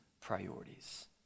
priorities